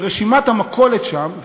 שרשימת המכולת שם,